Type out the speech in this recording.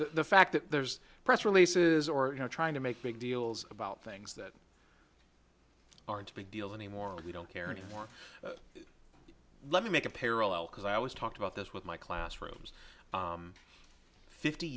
the fact that there's press releases or trying to make big deals about things that aren't a big deal anymore we don't care anymore let me make a parallel because i always talked about this with my classrooms fifty